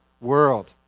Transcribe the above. world